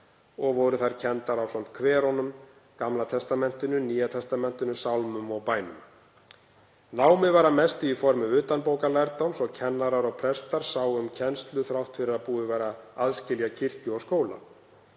og voru þær kenndar ásamt kverunum, Gamla testamentinu, Nýja testamentinu, sálmum og bænum. Námið var að mestu í formi utanbókarlærdóms og kennarar og prestar sáu um kennslu þrátt fyrir að búið væri að aðskilja kirkju og skóla.